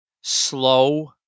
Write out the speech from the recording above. slow